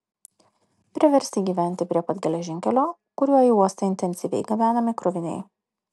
priversti gyventi prie pat geležinkelio kuriuo į uostą intensyviai gabenami kroviniai